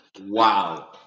Wow